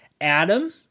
Adam